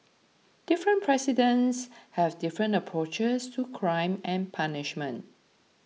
different presidents have different approaches to crime and punishment